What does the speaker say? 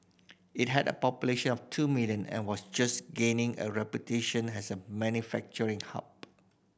it had a population of two million and was just gaining a reputation as a manufacturing hub